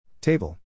Table